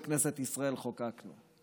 בכנסת ישראל, חוקקנו?